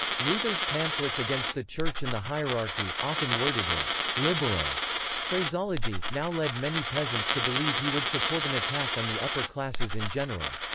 luther's pamphlets against the church and the hierarchy, often worded with liberal phraseology, now led many peasants to believe he would support an attack on the upper classes in general.